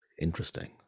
Interesting